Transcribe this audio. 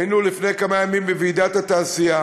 היינו לפני כמה ימים בוועידת התעשייה